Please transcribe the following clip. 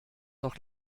noch